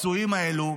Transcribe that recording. לפצועים האלה,